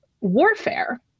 warfare